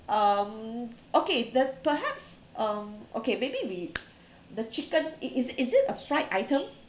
um okay the perhaps um okay maybe we the chicken it is it is it a fried item